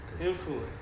Influence